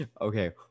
Okay